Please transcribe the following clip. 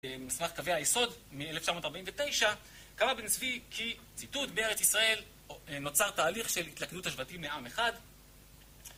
מסמך קווי היסוד מ-1949 קרא בן צבי כי ציטוט "בארץ ישראל נוצר תהליך של התלכדות השבטים בעם אחד"